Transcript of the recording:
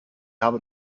habe